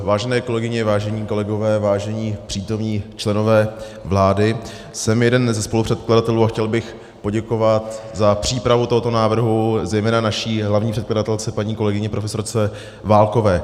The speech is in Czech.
Vážené kolegyně, vážení kolegové, vážení přítomní členové vlády, jsem jeden ze spolupředkladatelů a chtěl bych poděkovat za přípravu tohoto návrhu zejména naší hlavní předkladatelce, paní kolegyni profesorce Válkové.